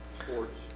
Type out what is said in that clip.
Sports